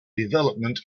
development